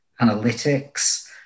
analytics